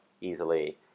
easily